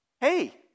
hey